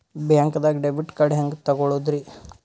ಬ್ಯಾಂಕ್ದಾಗ debit card ಹೆಂಗ್ ತಗೊಳದ್ರಿ?